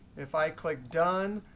if i click done,